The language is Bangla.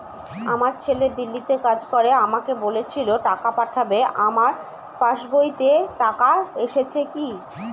আমার ছেলে দিল্লীতে কাজ করে আমাকে বলেছিল টাকা পাঠাবে আমার পাসবইতে টাকাটা এসেছে কি?